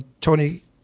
Tony